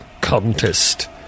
contest